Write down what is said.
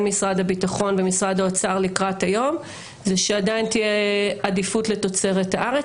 משרד הביטחון ומשרד האוצר לקראת היום היא שעדיין תהיה עדיפות לתוצרת הארץ.